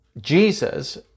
Jesus